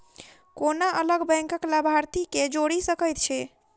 कोना अलग बैंकक लाभार्थी केँ जोड़ी सकैत छी?